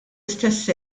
istess